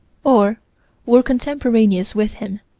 or were contemporaneous with him,